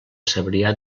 cebrià